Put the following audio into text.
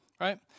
Right